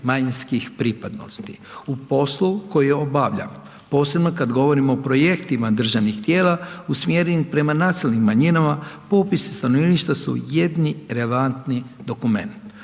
manjinskih pripadnosti. U poslu koji obavljam, posebno kad govorimo o projektima državnih tijela usmjerenih prema nacionalnim manjinama, popis stanovništva su jedini relevantni dokumenat.